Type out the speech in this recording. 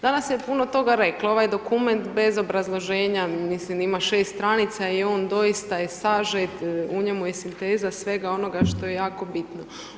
Danas se puno toga reklo, ovaj dokument bez obrazloženja mislim, ima 6 stranica i on doista je sažet, u njemu je sinteza svega onoga što je jako bitno.